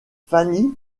fanny